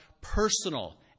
personal